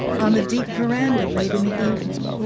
on the deep veranda late in the evening.